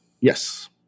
Yes